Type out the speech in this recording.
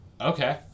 okay